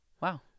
Wow